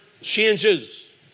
changes